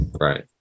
Right